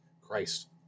Christ